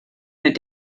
mir